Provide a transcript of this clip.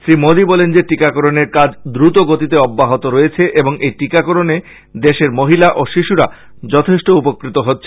স্রী মোদী বলেন যে টিকাকরণের কাজ দ্রুতগতিতে অব্যাহত রয়েছে এবং এই টিকাকরণ দেশের মহিলা ও শিশুরা যথেষ্ট উপকৃত হবে